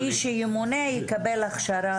היא אמרה, מי שימונה יקבל הכשרה.